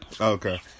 Okay